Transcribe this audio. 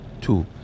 Two